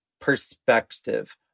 perspective